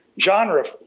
genre